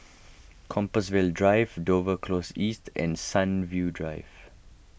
Compassvale Drive Dover Close East and Sunview Drive